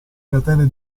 catene